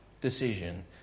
decision